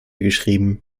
geschrieben